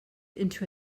into